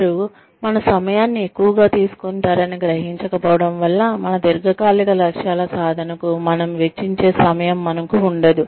వారు మన సమయాన్ని ఎక్కువగా తీసుకుంటారని గ్రహించక పోవడం వల్ల మన దీర్ఘకాలిక లక్ష్యాల సాధనకు మనం వెచ్చించే సమయం మనకు ఉండదు